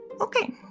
Okay